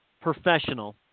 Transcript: professional